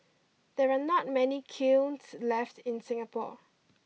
there are not many kilns left in Singapore